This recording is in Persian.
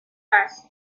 است